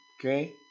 Okay